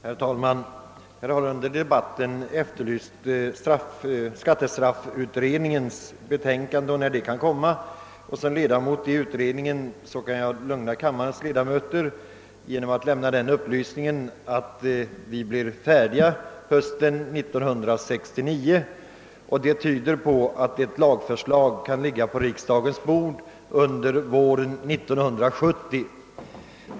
Herr talman! Det har under debatten frågats när skattestrafflagutredningens betänkande kan komma. Som ledamot av utredningen kan jag lugna kammarens ledamöter genom att upplysa att vi blir färdiga under hösten 1969. Detta tyder på att lagförslag kan ligga på riksdagens bord våren 1970.